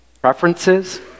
preferences